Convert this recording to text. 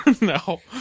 no